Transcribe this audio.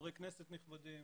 חברי כנסת נכבדים,